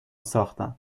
ساختن